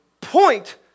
point